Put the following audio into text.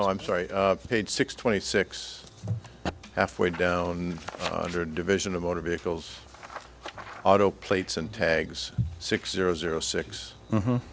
i'm sorry page six twenty six half way down under division of motor vehicles auto plates and tags six zero zero six